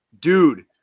Dude